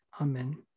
Amen